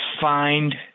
find